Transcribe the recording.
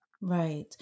Right